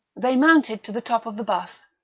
they mounted to the top of the bus,